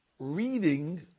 Reading